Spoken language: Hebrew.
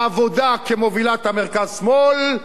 העבודה כמובילת המרכז-שמאל,